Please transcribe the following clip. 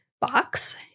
box